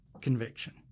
conviction